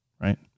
Right